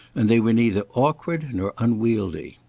and they were neither awkward nor unwieldy.